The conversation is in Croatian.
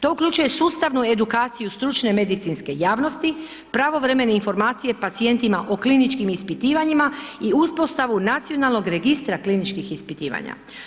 To uključuje sustavu edukaciju stručne medicinske javnosti, pravovremene informacije pacijentima o kliničkim ispitivanjima i uspostavu nacionalnoga registra kliničkih ispitivanja.